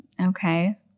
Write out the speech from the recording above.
Okay